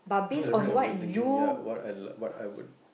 at the rate I been thinking ya what I like what I would